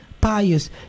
pious